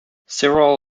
several